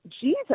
Jesus